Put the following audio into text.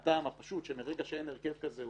וזה מהטעם הפשוט שמרגע שאין הרכב כזה,